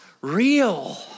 real